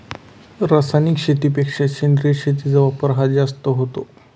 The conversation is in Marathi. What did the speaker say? रासायनिक शेतीपेक्षा सेंद्रिय शेतीचा वापर हा जास्त होतो